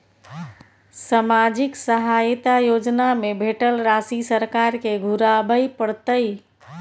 सामाजिक सहायता योजना में भेटल राशि सरकार के घुराबै परतै?